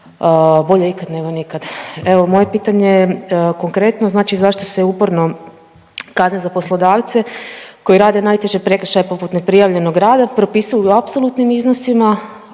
bolje ikad nego nikad. Evo moje pitanje je konkretno, znači zašto se uporno kazne za poslodavce koji rade najteže prekršaje poput neprijavljenog rada propisuju u apsolutnim iznosima,